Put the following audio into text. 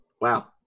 wow